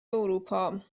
اروپا